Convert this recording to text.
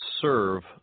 serve